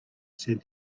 said